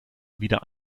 wieder